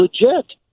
legit